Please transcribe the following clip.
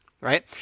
right